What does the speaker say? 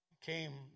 came